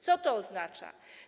Co to oznacza?